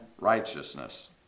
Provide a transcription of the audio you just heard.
righteousness